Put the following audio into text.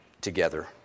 together